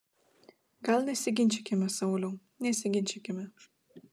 gal nesiginčykime sauliau nesiginčykime